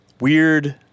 weird